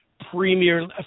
premier